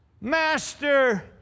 Master